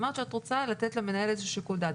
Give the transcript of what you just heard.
אמרת שאת רוצה לתת למנהל איזשהו שיקול דעת.